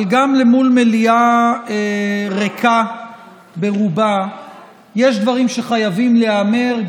אבל גם מול מליאה ריקה ברובה יש דברים שחייבים להיאמר,